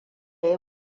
ya